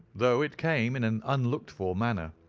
though it came in an unlooked-for manner.